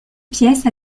pièce